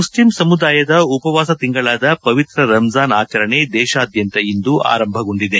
Muslim ಸಮುದಾಯದ ಉಪವಾಸ ತಿಂಗಳಾದ ಪವಿತ್ರ ರಂಜಾನ್ ಆಚರಣೆ ದೇಶಾದ್ಯಂತ ಇಂದು ಆರಂಭಗೊಂಡಿದೆ